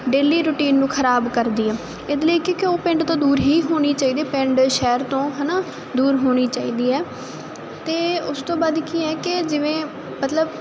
daily routine ਨੂੰ ਖਰਾਬ ਕਰਦੀ ਆ ਇਹਦੇ ਲਈ ਇੱਕ ਉਹ ਪਿੰਡ ਤੋਂ ਦੂਰ ਹੀ ਹੋਣੀ ਚਾਹੀਦੀ ਪਿੰਡ ਸ਼ਹਿਰ ਤੋਂ ਹਨਾ ਦੂਰ ਹੋਣੀ ਚਾਹੀਦੀ ਹੈ ਤੇ ਉਸ ਤੋਂ ਬਾਅਦ ਕਿ ਆ ਜਿਵੇਂ ਮਤਲਬ